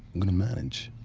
going to manage.